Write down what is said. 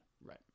Right